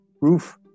roof